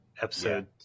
episode